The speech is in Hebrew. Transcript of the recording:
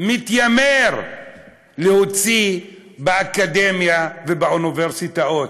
מתיימר להוציא באקדמיה ובאוניברסיטאות.